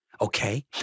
okay